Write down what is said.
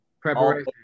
Preparation